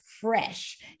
fresh